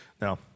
Now